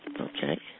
Okay